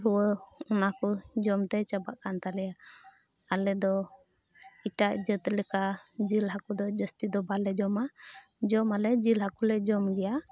ᱨᱩᱣᱟᱹ ᱚᱱᱟ ᱠᱚ ᱡᱚᱢᱛᱮ ᱪᱟᱵᱟᱜ ᱠᱟᱱ ᱛᱟᱞᱮᱭᱟ ᱟᱞᱮᱫᱚ ᱮᱴᱟᱜ ᱡᱟᱹᱛ ᱞᱮᱠᱟ ᱡᱤᱞ ᱦᱟᱹᱠᱩ ᱫᱚ ᱡᱟᱹᱥᱛᱤ ᱫᱚ ᱵᱟᱞᱮ ᱡᱚᱢᱟ ᱡᱚᱢᱟᱞᱮ ᱡᱤᱞ ᱦᱟᱹᱠᱩᱞᱮ ᱡᱚᱢ ᱜᱮᱭᱟ